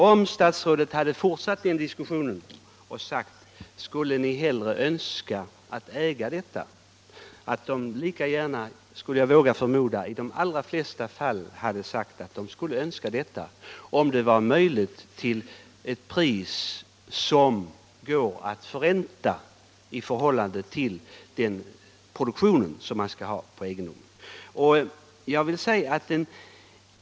Om statsrådet hade fortsatt diskussionen och frågat om man hellre skulle äga denna mark, skulle jag våga förmoda att de allra flesta hade sagt att de skulle önska detta om det var möjligt till ett pris som möjliggör en förräntning i förhållande till produktionen på egendomen.